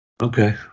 Okay